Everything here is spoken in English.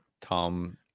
Tom